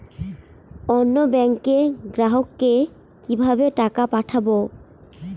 অন্য ব্যাংকের গ্রাহককে কিভাবে টাকা পাঠাবো?